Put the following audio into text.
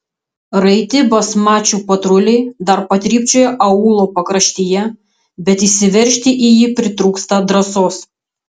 raiti basmačių patruliai dar patrypčioja aūlo pakraštyje bet įsiveržti į jį pritrūksta drąsos